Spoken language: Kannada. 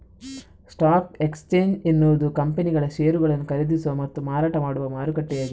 ಸ್ಟಾಕ್ ಎಕ್ಸ್ಚೇಂಜ್ ಎನ್ನುವುದು ಕಂಪನಿಗಳ ಷೇರುಗಳನ್ನು ಖರೀದಿಸುವ ಮತ್ತು ಮಾರಾಟ ಮಾಡುವ ಮಾರುಕಟ್ಟೆಯಾಗಿದೆ